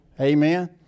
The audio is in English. Amen